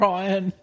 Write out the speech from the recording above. Ryan